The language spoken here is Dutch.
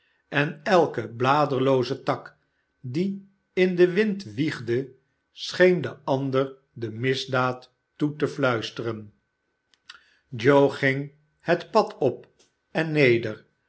en elke bladerlooze tak die in den wind wiegde scheen den ander de misdaad toe te fluisteren joe ging het pad op en neder